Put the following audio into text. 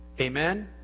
Amen